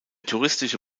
touristische